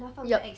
yup